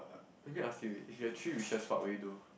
let me ask you if you have three wishes what would you do